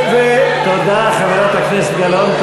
תודה, חברת הכנסת גלאון.